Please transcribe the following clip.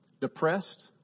depressed